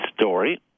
story